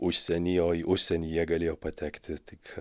užsieny o į užsienį jie galėjo patekti tik